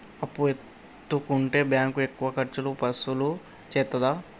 అప్పు ఎత్తుకుంటే బ్యాంకు ఎక్కువ ఖర్చులు వసూలు చేత్తదా?